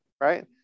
right